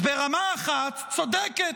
אז ברמה אחת, צודקת,